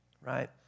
right